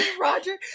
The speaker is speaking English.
Roger